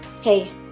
Hey